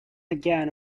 again